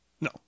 no